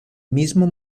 mismo